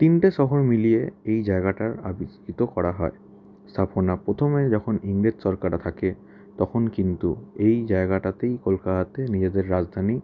তিনটে শহর মিলিয়ে এই জায়গাটার আবিষ্কৃত করা হয় সাফনা প্রথমে যখন ইংরেজ সরকাররা থাকে তখন কিন্তু এই জায়গাটাতেই কলকাতাতে নিজেদের রাজধানী